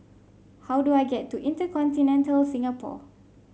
how do I get to InterContinental Singapore